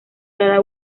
cada